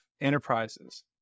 enterprises